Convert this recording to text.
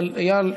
אבל איל,